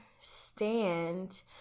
stand